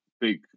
big